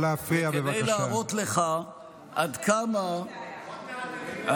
כדי להראות לך עד כמה,